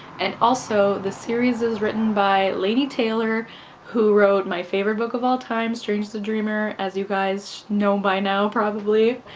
and also the series is written by laini taylor who wrote my favorite book of all time strange the dreamer, as you guys know by now probably,